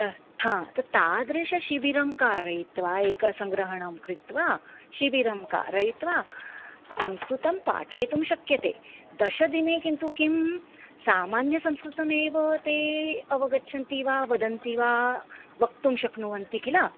तत् तादृश शिबिरं कारयित्वा एक सङ्ग्रहणं कृत्वा शिबिरं कारयित्वा संस्कृतं पाठयितुं शक्यते दशदिने किन्तु किं सामान्यसंस्कृतमेव ते अवगच्छन्ति वा वदन्ति वा वक्तुं शक्नुवन्ति किल